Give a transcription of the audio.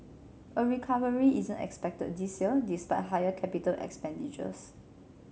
a recovery isn't expected this year despite higher capital expenditures